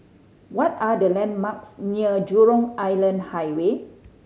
what are the landmarks near Jurong Island Highway